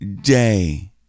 day